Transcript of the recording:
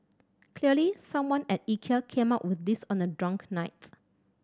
clearly someone at Ikea came up with this on a drunk night